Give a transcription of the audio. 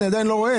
אני עדיין לא רואה,